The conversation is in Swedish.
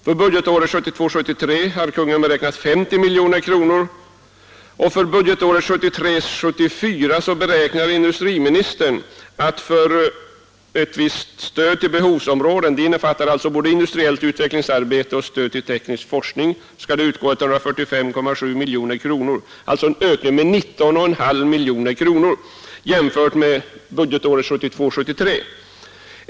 För budgetåret 1972 74 beräknar industriministern att det för visst stöd till behovsområden — det innefattar både industriellt utvecklingsarbete och teknisk forskning — skall utgå med 145,7 miljoner, alltså en ökning med 19,5 miljoner kronor jämfört med budgetåret 1972/73.